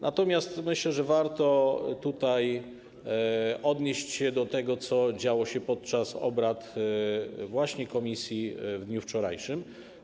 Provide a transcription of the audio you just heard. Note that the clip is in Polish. Natomiast myślę, że warto odnieść się do tego, co działo się podczas obrad komisji w dniu wczorajszym.